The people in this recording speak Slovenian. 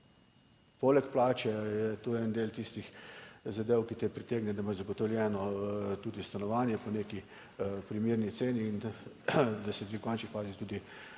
Poleg plače je to en del tistih zadev, ki te pritegne, da ima zagotovljeno tudi stanovanje po neki primerni ceni in da se v končni fazi tudi